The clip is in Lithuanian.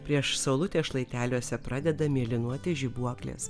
prieš saulutę šlaiteliuose pradeda mėlynuoti žibuoklės